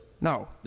No